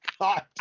God